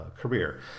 career